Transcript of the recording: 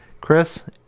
Chris